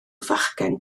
fachgen